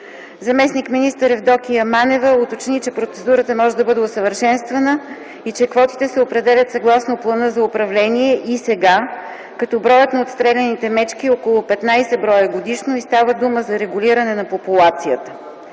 Заместник-министър Евдокия Манева уточни, че процедурата може да бъде усъвършенствана и, че квотите се определят съгласно плана за управление и сега, като броят на отстреляните мечки е около 15 бр. годишно и става дума за регулиране на популацията.